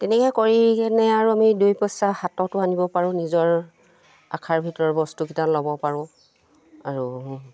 তেনেকৈ কৰি কেনে আৰু আমি দুই পইচা হাততো আনিব পাৰোঁ নিজৰ আশাৰ ভিতৰৰ বস্তুকেইটা ল'ব পাৰোঁ আৰু